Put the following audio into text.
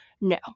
No